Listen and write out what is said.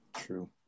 True